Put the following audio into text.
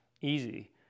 easy